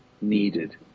needed